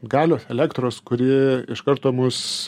galios elektros kuri iš karto mus